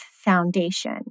Foundation